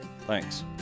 thanks